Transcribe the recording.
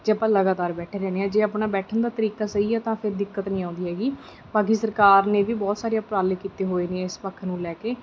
ਜੇ ਆਪਾਂ ਲਗਾਤਾਰ ਬੈਠੇ ਰਹਿੰਦੇ ਹਾਂ ਜੇ ਆਪਣਾ ਬੈਠਣ ਦਾ ਤਰੀਕਾ ਸਹੀ ਹੈ ਤਾਂ ਫਿਰ ਦਿੱਕਤ ਨਹੀਂ ਆਉਂਦੀ ਹੈਗੀ ਬਾਕੀ ਸਰਕਾਰ ਨੇ ਵੀ ਬਹੁਤ ਸਾਰੇ ਉਪਰਾਲੇ ਕੀਤੇ ਹੋਏ ਨੇ ਇਸ ਪੱਖ ਨੂੰ ਲੈ ਕੇ